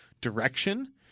direction